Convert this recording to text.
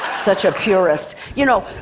such a purist. you know,